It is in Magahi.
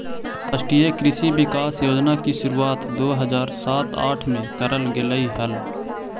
राष्ट्रीय कृषि विकास योजना की शुरुआत दो हज़ार सात आठ में करल गेलइ हल